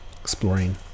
exploring